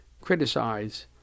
criticize